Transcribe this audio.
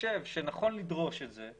חושב שנכון לדרוש את זה,